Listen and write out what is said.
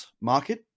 market